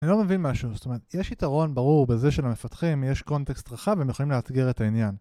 אני לא מבין משהו, זאת אומרת, יש יתרון ברור בזה שלמפתחים, יש קונטקסט רחב, הם יכולים לאתגר את העניין